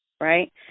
right